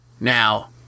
Now